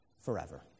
forever